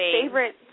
favorite